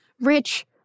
rich